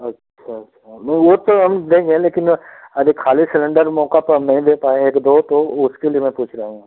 अच्छा अच्छा वो तो हम देंगे लेकिन अभी खाली सिलेंडर मौका पा हम नहीं ले पाएँ हैं एक दोस्त हो उसके लिए मैं पूछ रहा हूँ